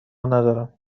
ندارم